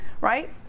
right